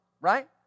right